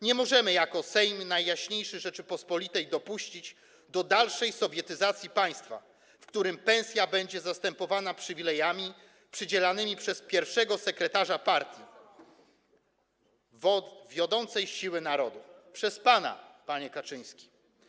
Nie możemy jako Sejm Najjaśniejszej Rzeczypospolitej dopuścić do dalszej sowietyzacji państwa, w którym pensja będzie zastępowana przywilejami przydzielanymi przez pierwszego sekretarza partii wiodącej siły narodu, przez pana, panie Kaczyński.